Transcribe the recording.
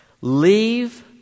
Leave